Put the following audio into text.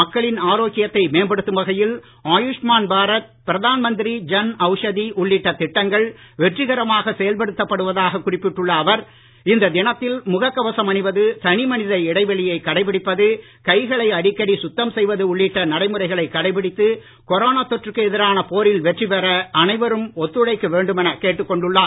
மக்களின் ஆரோக்கியத்தை மேம்படுத்தும் வகையில் ஆயுஷ்மான் பாரத் பிரதான் மந்திாி ஜன் அவுஷதி உள்ளிட்ட திட்டங்கள் வெற்றிகரமாக செயல்படுத்தப்படுவதாக குறிப்பிட்டுள்ள அவர் இந்த தினத்தில் முக கவசம் அணிவது தனிமனித இடைவெளியை கடைபிடிப்பது கைகளை அடிக்கடி சுத்தம் செய்வது உள்ளிட்ட நடைமுறைகளை கடைபிடித்து கொரோனா தொற்றுக்கு எதிரான போாில் வெற்றி பெற அனைவரும் ஒத்துழைக்க வேண்டும் என கேட்டுக்கொண்டுள்ளார்